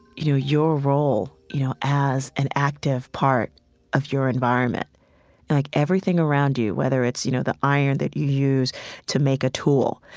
you know, your role, you know, as an active part of your environment like everything around you, whether it's, you know, the iron that you use to make a tool,